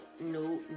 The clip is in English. no